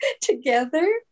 together